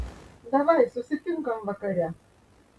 davai susitinkam vakare